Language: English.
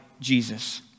Jesus